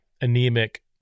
anemic